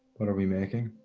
what are we making.